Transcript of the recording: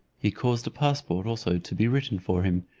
he caused a passport also to be written for him,